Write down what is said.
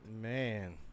man